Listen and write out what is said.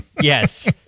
Yes